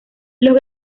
los